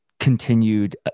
continued